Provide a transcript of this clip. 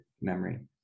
memory